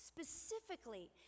Specifically